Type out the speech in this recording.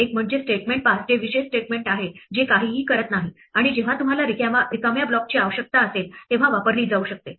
एक म्हणजे statement pass जे विशेष स्टेटमेंट आहे जे काहीही करत नाही आणि जेव्हा तुम्हाला रिकाम्या ब्लॉकची आवश्यकता असेल तेव्हा वापरली जाऊ शकते